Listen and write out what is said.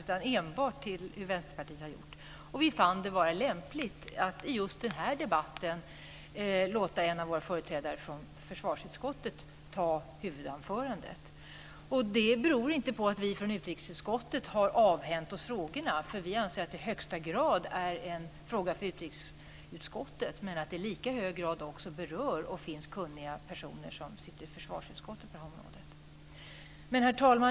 Jag vet bara hur Vänsterpartiet har gjort. Vi fann det vara lämpligt att i just den här debatten låta en av våra företrädare för försvarsutskottet hålla huvudanförandet. Det beror inte på att vi från utrikesutskottet har avhänt oss frågorna. Vi anser att detta i högsta grad är en fråga för utrikesutskottet, men det är också en fråga som i lika hög grad berör kunniga personer som sitter i försvarsutskottet. Herr talman!